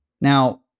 Now